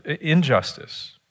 injustice